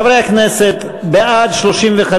חברי הכנסת, בעד, 35,